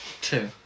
Two